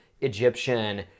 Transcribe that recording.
Egyptian